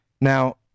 Now